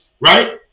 Right